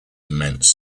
immense